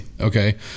okay